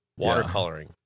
watercoloring